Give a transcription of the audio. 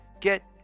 get